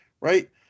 right